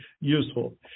useful